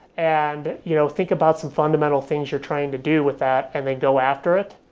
and you know think about some fundamental things you're trying to do with that and then go after it.